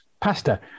pasta